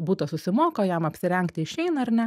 butą susimoka jam apsirengti išeina ar ne